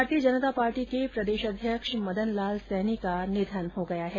भारतीय जनता पार्टी के प्रदेशाध्यक्ष मदन लाल सैनी का निधन हो गया है